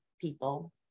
people